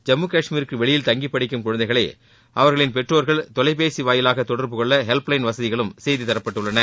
ஜம்மு காஷ்மீருக்கு வெளியில் தங்கி படிக்கும் குழந்தைகளை அவர்களின் பெற்றோர்கள் தொலைபேசி வாயிலாக ஹெல்ப் லைன் வசதிகளும் செய்துதரப்பட்டுள்ளன